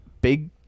Big